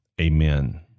amen